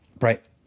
Right